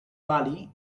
bali